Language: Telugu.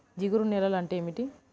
జిగురు నేలలు అంటే ఏమిటీ?